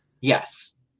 Yes